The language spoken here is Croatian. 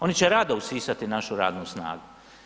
Oni će rado usisati našu radnu snagu.